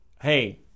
hey